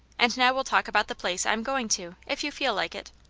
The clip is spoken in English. and now we'll talk about the place i am going to, if you feel like it